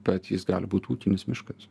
bet jis gali būt ūkinis miškas